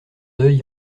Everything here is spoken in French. deuil